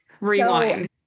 Rewind